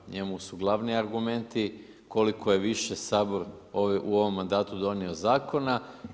Njemu su glavni argumenti koliko je više Sabor u ovom mandatu donio zakona.